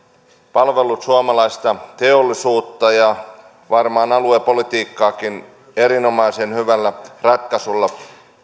palvellut suomalaista teollisuutta ja varmaan aluepolitiikkaakin erinomaisen hyvällä ratkaisulla